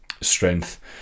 strength